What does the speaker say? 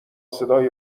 صدای